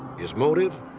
his motive,